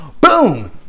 boom